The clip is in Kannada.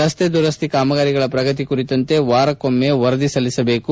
ರಸ್ತೆ ದುರಸ್ತಿ ಕಾಮಗಾರಿಗಳ ಪ್ರಗತಿ ಕುರಿತಂತೆ ವಾರಕೊಮ್ಮೆ ವರದಿ ಸಲ್ಲಿಸಬೇಕು